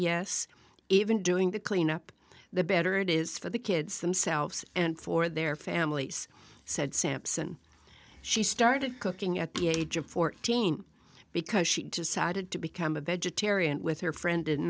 yes even doing the cleanup the better it is for the kids themselves and for their families said sampson she started cooking at the age of fourteen because she decided to become a vegetarian with her friend in